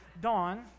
Dawn